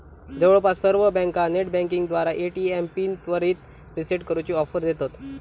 जवळपास सर्व बँका नेटबँकिंगद्वारा ए.टी.एम पिन त्वरित रीसेट करूची ऑफर देतत